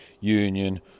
Union